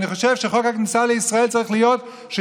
אני חושב שחוק הכניסה לישראל צריך להיות כך